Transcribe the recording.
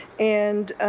and